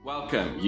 Welcome